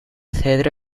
cedro